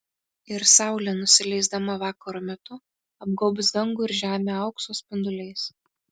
ir saulė nusileisdama vakaro metu apgaubs dangų ir žemę aukso spinduliais